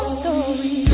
story